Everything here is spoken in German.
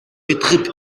betrieb